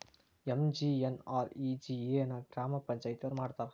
MGNREGA ನ ಗ್ರಾಮ ಪಂಚಾಯತಿಯೊರ ಮಾಡ್ತಾರಾ?